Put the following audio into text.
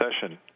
session